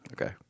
Okay